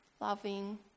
loving